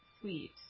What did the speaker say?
sweet